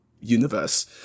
universe